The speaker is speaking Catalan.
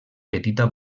petita